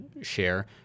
share